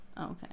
Okay